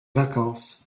vacances